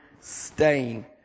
stain